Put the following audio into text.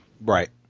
right